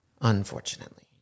Unfortunately